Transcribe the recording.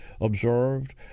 observed